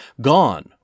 Gone